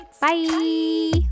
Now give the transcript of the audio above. Bye